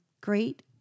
Great